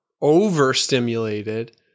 overstimulated